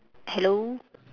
hello